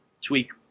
tweak